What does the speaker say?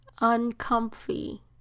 Uncomfy